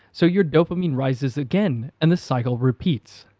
so your dopamine rises again and the cycle repeats.